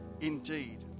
indeed